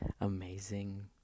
amazing